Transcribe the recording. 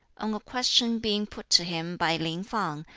on a question being put to him by lin fang,